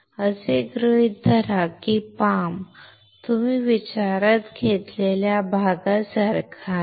तर असे गृहीत धरा की हा पाम तुम्ही विचारात घेतलेल्या या भागासारखा आहे